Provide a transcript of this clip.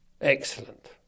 excellent